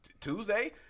Tuesday